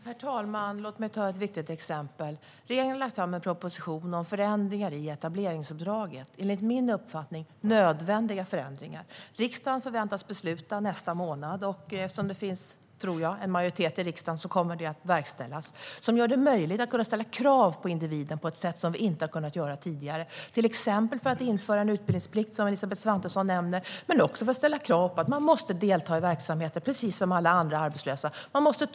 Herr talman! Låt mig ta ett viktigt exempel. Regeringen har lagt fram en proposition om förändringar i etableringsuppdraget. Enligt min uppfattning handlar det om nödvändiga förändringar. Riksdagen förväntas fatta beslut om detta nästa månad. Eftersom det finns, tror jag, en majoritet för detta i riksdagen kommer förslaget att verkställas. Det blir därmed möjligt att ställa krav på individen på ett sätt som vi inte har kunnat göra tidigare. Det handlar exempelvis om att införa en utbildningsplikt, vilket Elisabeth Svantesson nämner. Det handlar också om att kunna ställa krav på att man precis som alla andra arbetslösa måste delta i verksamheter.